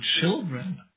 children